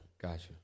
Gotcha